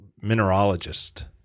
mineralogist